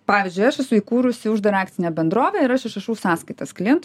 pavyzdžiui aš esu įkūrusi uždarą akcinę bendrovę ir aš išrašau sąskaitas klientam